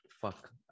Fuck